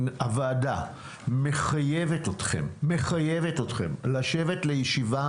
הוועדה מחייבת אתכם מחייבת אתכם לשבת לישיבה